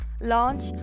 Launch